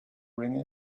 ring